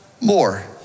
more